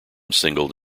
singled